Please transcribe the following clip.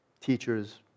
teachers